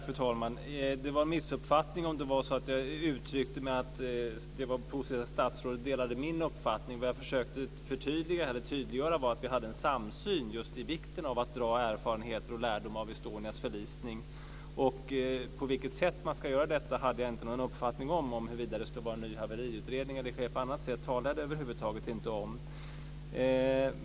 Fru talman! Det är en missuppfattning att det var positivt om statsrådet delade min uppfattning. Vad jag försökte tydliggöra var att vi har en samsyn just om vikten av att dra erfarenheter och lärdom av Estonias förlisning. På vilket sätt man ska göra detta hade jag inte någon uppfattning om. Huruvida det skulle vara fråga om en ny haveriutredning eller något annat talade jag över huvud taget inte om.